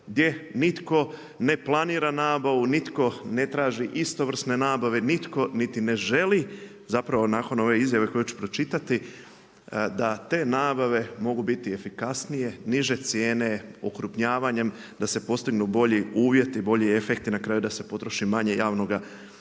gdje nitko ne planira nabavu, nitko ne traži istovrsne nabave, nitko niti ne želi zapravo nakon ove izjave koju ću pročitati da te nabave mogu biti efikasnije, niže cijene okrupnjavanjem da se postignu bolji uvjeti, bolji efekti, na kraju da se potroši manje javnoga novca.